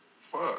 Fuck